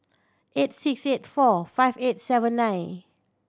eight six eight four five eight seven nine